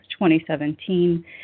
2017